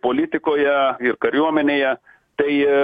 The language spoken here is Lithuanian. politikoje ir kariuomenėje tai